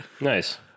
Nice